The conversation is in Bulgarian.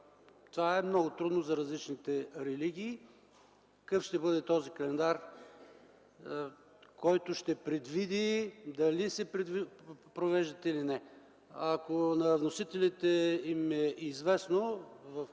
Това е много трудно за различните религии. Какъв ще бъде този календар, който ще предвиди дали се провеждат или не. Ако на вносителите е известно, в нашето